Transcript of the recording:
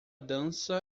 dança